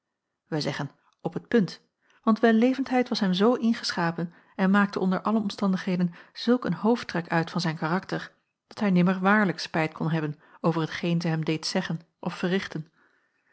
wij zeggen op t punt want wellevendheid was hem zoo ingeschapen en maakte onder alle omstandigheden jacob van ennep laasje evenster zulk een hoofdtrek uit van zijn karakter dat hij nimmer waarlijk spijt kon hebben over hetgeen zij hem deed zeggen of verrichten